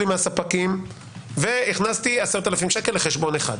מהספקים והכנסתי 10,000 שקל לחשבון אחד.